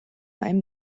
ein